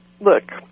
look